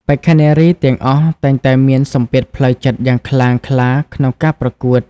បេក្ខនារីទាំងអស់តែងតែមានសម្ពាធផ្លូវចិត្តយ៉ាងខ្លាំងក្លាក្នុងការប្រកួត។